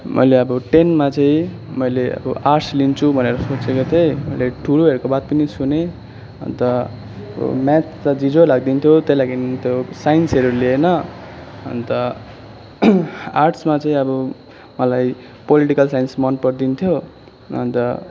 मैले अब टेनमा चाहिँ मैले अब आर्ट्स लिन्छु भनेर सोचेको थिएँ मैले ठुलोहरूको बात पनि सुनेँ अन्त म्याथ त झिँजो लाग्थ्यो त्यही लागि त्यो साइन्सहरू लिइन अन्त आर्ट्समा चाहिँ अब मलाई पोलिटिकल साइन्स मन पर्थ्यो अन्त